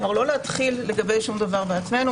לא להתחיל שום דבר מעצמנו,